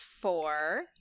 four